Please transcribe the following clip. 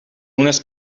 unes